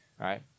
right